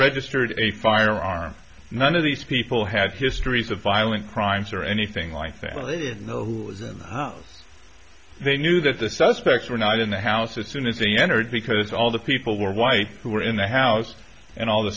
registered a firearm none of these people had histories of violent crimes or anything like that when they didn't know who was in the house they knew that the suspects were not in the house as soon as they entered because all the people were white who were in the house and all the